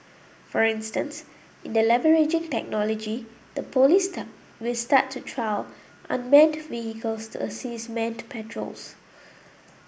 for instance in the leveraging technology the police will start to trial unmanned vehicles to assist manned patrols